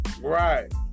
Right